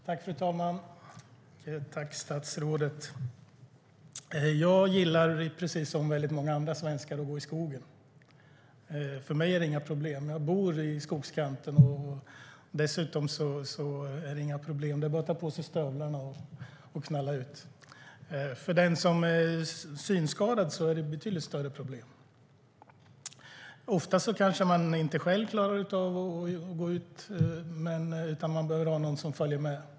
Fru talman! Tack, statsrådet! Jag gillar, precis som många andra svenskar, att gå i skogen. För mig är det inget problem - jag bor i skogskanten, och det är bara att ta på sig stövlarna och knalla ut. För den som är synskadad är det ett betydligt större problem. Ofta kanske man inte själv klarar att gå ut, utan man behöver ha någon som följer med.